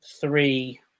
three